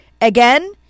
Again